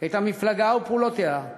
את המפלגה ואת פעולותיה,